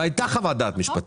והייתה חוות דעת משפטית.